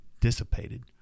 dissipated